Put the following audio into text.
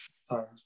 sorry